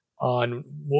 on